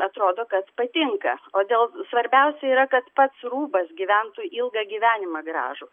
atrodo kad patinka o dėl svarbiausia yra kad pats rūbas gyventų ilgą gyvenimą gražų